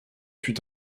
fut